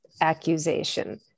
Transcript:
accusation